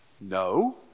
no